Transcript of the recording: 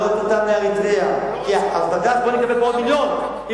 להעלות אותם לאריתריאה, בוא נקבל פה עוד מיליון.